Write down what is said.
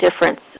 difference